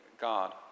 God